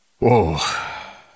Whoa